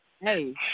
hey